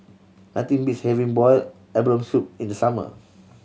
nothing beats having boiled abalone soup in the summer